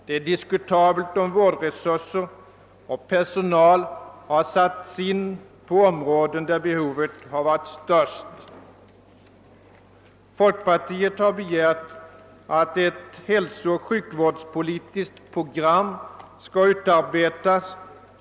Det är diskutabelt om vårdresurser och personal har satts in på områden där behovet varit störst. Folkpartiet har begärt att ett hälsooch sjukvårdspolitiskt program skall utarbetas.